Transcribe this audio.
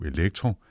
Elektro